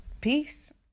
peace